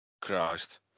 Christ